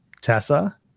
Tessa